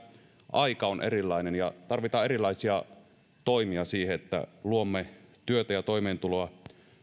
aika on erilainen ja tarvitaan erilaisia toimia siihen että luomme työtä ja toimeentuloa